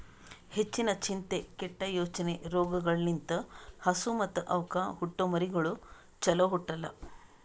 ಹೆಚ್ಚಿನ ಚಿಂತೆ, ಕೆಟ್ಟ ಯೋಚನೆ ರೋಗಗೊಳ್ ಲಿಂತ್ ಹಸು ಮತ್ತ್ ಅವಕ್ಕ ಹುಟ್ಟೊ ಮರಿಗಳು ಚೊಲೋ ಹುಟ್ಟಲ್ಲ